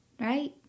right